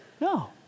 No